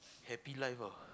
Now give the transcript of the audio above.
happy life ah